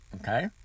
okay